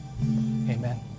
amen